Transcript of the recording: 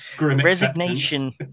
resignation